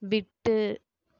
விட்டு